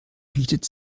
bietet